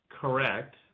correct